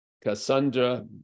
cassandra